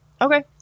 Okay